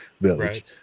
Village